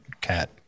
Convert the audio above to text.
cat